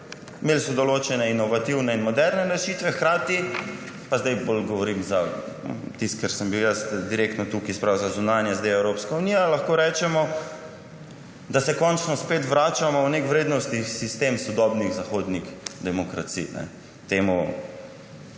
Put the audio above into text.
Imeli so določene inovativne in moderne rešitve, hkrati – zdaj bolj govorim za tisto, kar sem bil jaz direktno tukaj, se pravi za zunanje zadeve, Evropsko unijo – lahko rečemo, da se končno spet vračamo v nek vrednostni sistem sodobnih zahodnih demokracij. Tega